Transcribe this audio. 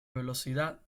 velocidad